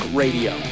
radio